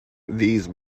these